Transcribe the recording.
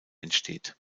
entsteht